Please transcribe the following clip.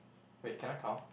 wait can I count